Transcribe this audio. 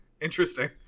interesting